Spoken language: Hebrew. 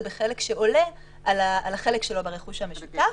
בחלק שעולה על החלק שלו ברכוש המשותף.